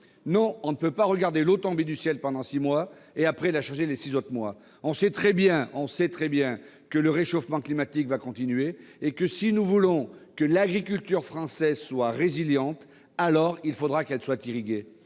Non, on ne peut pas regarder l'eau tomber du ciel pendant six mois, et la chercher les six autres mois de l'année. On sait très bien que le réchauffement climatique va continuer et que, si nous voulons que l'agriculture française soit résiliente, il faudra qu'elle soit irriguée.